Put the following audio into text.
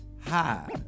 hi